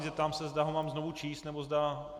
Zeptám se, zda ho mám znovu číst nebo zda...